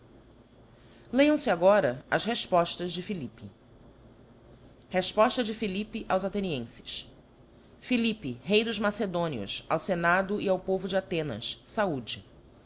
lêam fe agora as refpoílas de philippe resposta de philippe aos athenienses philippe rei dos macedonios ao fenado e ao povo de athenas faude